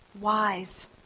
wise